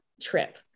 trip